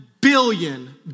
billion